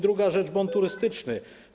Druga rzecz - bon turystyczny.